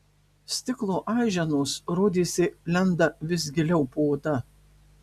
stiklo aiženos rodėsi lenda vis giliau po oda